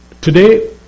today